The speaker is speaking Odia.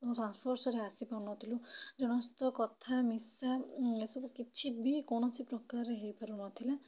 ସଂସ୍ପର୍ଶରେ ଆସିପାରୁ ନଥିଲୁ ଜଣଙ୍କ ସହିତ କଥା ମିଶା ଏସବୁ କିଛି ବି କୌଣସି ପ୍ରକାର ହେଇପାରୁ ନଥିଲା